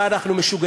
מה, אנחנו משוגעים?